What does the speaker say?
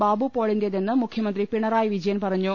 ബാബുപോളിന്റേതെന്ന് മുഖ്യമന്ത്രി പിണറായി വിജയൻ പറ ഞ്ഞു